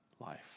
life